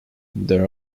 there